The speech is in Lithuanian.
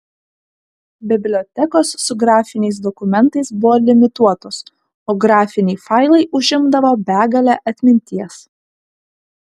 bibliotekos su grafiniais dokumentais buvo limituotos o grafiniai failai užimdavo begalę atminties